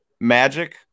Magic